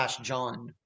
john